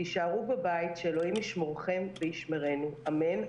הישארו בבית, שאלוהים ישמורכם וישמרנו, אמן.